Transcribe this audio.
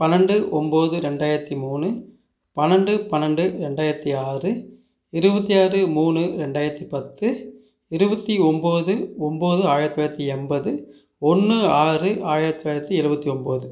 பன்னெண்டு ஒம்பது ரெண்டாயிரத்தி மூணு பன்னெண்டு பன்னெண்டு ரெண்டாயிரத்தி ஆறு இருபத்தி ஆறு மூணு ரெண்டாயிரத்தி பத்து இருபத்தி ஒம்பது ஒம்பது ஆயிரத்தி தொள்ளாயிரத்தி எண்பது ஒன்று ஆறு ஆயிரத்தி தொள்ளாயிரத்தி எழுபத்தி ஒம்பது